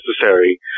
necessary